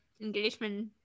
engagement